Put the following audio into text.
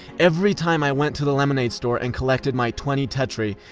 every time i went to the lemonade store and collected my twenty tetri,